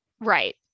Right